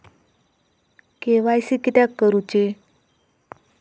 KYC किदयाक करूची?